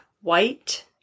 White